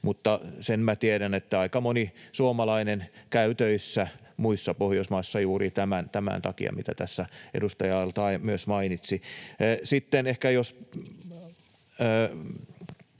mutta sen minä tiedän, että aika moni suomalainen käy töissä muissa Pohjoismaissa juuri tämän takia, mitä tässä edustaja al-Taee myös mainitsi. Sitten ehkä, jos